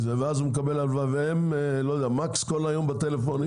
ואז הוא מקבל הלוואה והם מקס כל היום בטלפונים